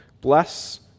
Bless